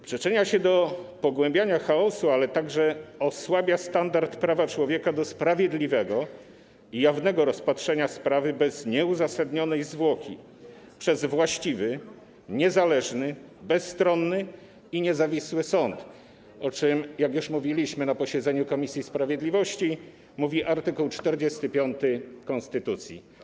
Przyczynia się do pogłębiania chaosu, ale także osłabia standard prawa człowieka do sprawiedliwego i jawnego rozpatrzenia sprawy bez nieuzasadnionej zwłoki przez właściwy, niezależny, bezstronny i niezawisły sąd, o czym, jak już mówiliśmy na posiedzeniu komisji sprawiedliwości, mówi art. 45 konstytucji.